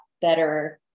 better